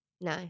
no